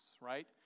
right